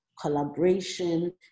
collaboration